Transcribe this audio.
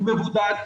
הוא מבודד,